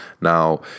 Now